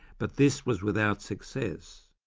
but this was without success.